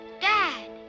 Dad